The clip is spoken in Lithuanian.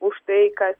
už tai kas